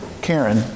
Karen